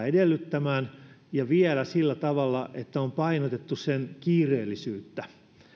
edellyttämään ja vielä sillä tavalla että on painotettu sen kiireellisyyttä